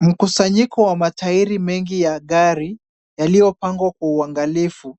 Mkusanyiko wa matairi mengi ya gari yaliyopangwa kwa uangalifu.